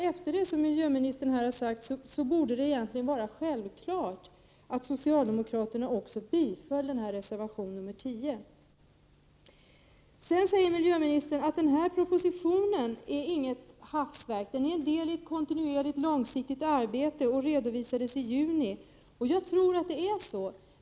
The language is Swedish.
Efter det som miljöministern sade nu borde det vara självklart att socialdemokraterna också bifaller reservation 10. Sedan säger miljöministern att propositionen inte är något hafsverk utan en deli ett kontinuerligt långsiktigt arbete och att tankegångarna redovisades i juni. Jag tror att det är så.